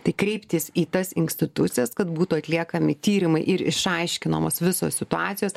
tai kreiptis į tas institucijas kad būtų atliekami tyrimai ir išaiškinamos visos situacijos